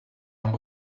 and